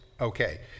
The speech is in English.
okay